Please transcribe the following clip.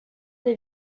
des